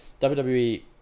WWE